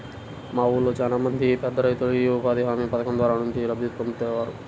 మా ఊళ్ళో చానా మంది పేదరైతులు యీ ఉపాధి హామీ పథకం ద్వారా మంచి లబ్ధి పొందేరు